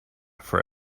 for